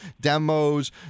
demos